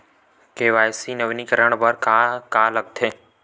KYC नवीनीकरण बर का का लगथे?